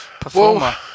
performer